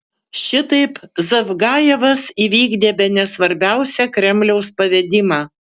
šitaip zavgajevas įvykdė bene svarbiausią kremliaus pavedimą